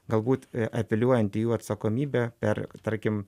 galbūt apeliuojant į jų atsakomybę per tarkim